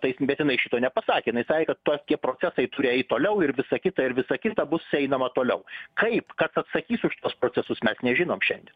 taip bet jinai šito nepasakė jinai sakė kad tie procesai turi eit toliau ir visa kita ir visa kita bus einama toliau kaip kas atsakys už tuos procesus mes nežinom šiandien